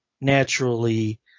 naturally